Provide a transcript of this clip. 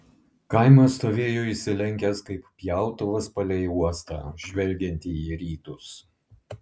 kaimas stovėjo išsilenkęs kaip pjautuvas palei uostą žvelgiantį į rytus